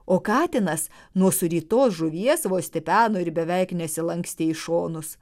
o katinas nuo surytos žuvies vos tipeno ir beveik nesilankstė į šonus